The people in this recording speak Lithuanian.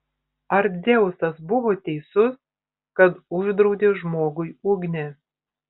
ar dzeusas buvo teisus kad uždraudė žmogui ugnį